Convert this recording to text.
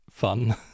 Fun